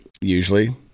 usually